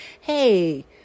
hey